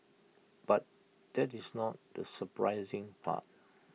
but that is not the surprising part